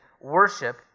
worship